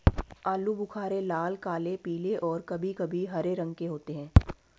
आलू बुख़ारे लाल, काले, पीले और कभी कभी हरे रंग के होते हैं